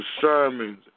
sermons